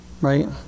Right